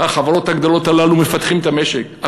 החברות הגדולות הללו מפתחות את המשק,